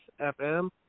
FM